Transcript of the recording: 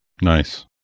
Nice